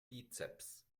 bizeps